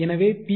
எனவே பி